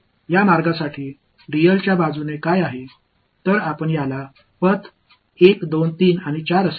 எனவே நான் இதைச் செய்யும்போது இதை தான் எழுதப் போகிறேன்